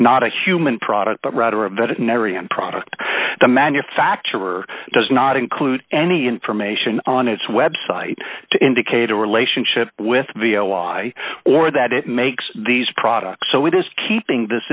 not a human product but rather a veterinarian product the manufacturer does not include any information on its website to indicate a relationship with v o y or that it makes these products so it is keeping this